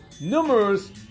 numerous